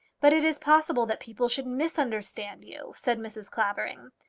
but it is possible that people should misunderstand you, said mrs. clavering.